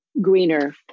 greener